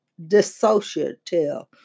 dissociative